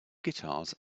guitars